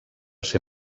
ser